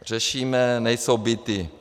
Řešíme, že nejsou byty.